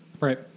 Right